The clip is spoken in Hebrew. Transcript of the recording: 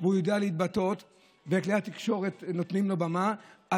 הוא יודע להתבטא וכלי התקשורת נותנים לו במה,